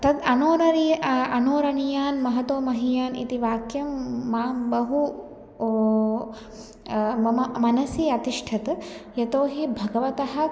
तत् अणोरणी अणोरणीयान् महतो महीयान् इति वाक्यं मां बहु ओ मम मनसि अतिष्ठत् यतो हि भगवतः